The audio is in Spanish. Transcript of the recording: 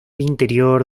interior